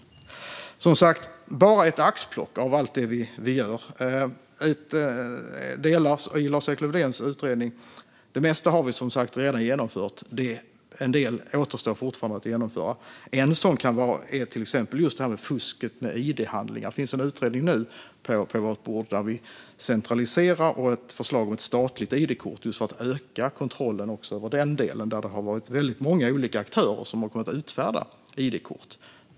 Det här var som sagt bara ett axplock av allt det vi gör. Det mesta i Lars-Erik Lövdéns utredning har vi redan genomfört, men en del återstår att genomföra. En sådan sak är till exempel fusket med id-handlingar. Det finns en utredning nu på vårt bort där vi centraliserar detta, och det finns ett förslag om ett statligt id-kort just för att öka kontrollen i den delen där det har varit väldigt många olika aktörer som har kunnat utfärda id-kort.